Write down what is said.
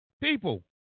People